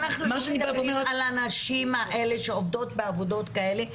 אנחנו מדברים על הנשים שעובדות בעבודות כאלה,